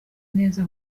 neza